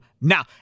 now